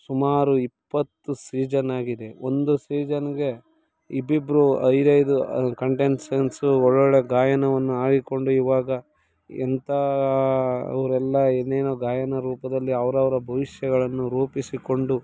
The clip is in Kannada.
ಸುಮಾರು ಇಪ್ಪತ್ತು ಸೀಜನ್ ಆಗಿದೆ ಒಂದು ಸೀಸನ್ಗೆ ಇಬ್ಬಿಬ್ಬರು ಐದೈದು ಕಂಟೆನ್ಸೆನ್ಸು ಒಳ್ಳೊಳ್ಳೆ ಗಾಯನವನ್ನು ಹಾಡಿಕೊಂಡು ಈವಾಗ ಎಂಥ ಅವರೆಲ್ಲ ಏನೇನು ಗಾಯನ ರೂಪದಲ್ಲಿ ಅವರವರ ಭವಿಷ್ಯಗಳನ್ನು ರೂಪಿಸಿಕೊಂಡು